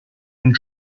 and